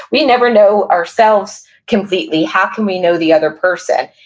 we never know ourselves completely, how can we know the other person?